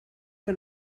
que